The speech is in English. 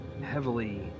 heavily